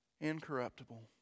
Incorruptible